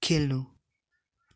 खेल्नु